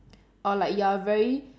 or like you are a very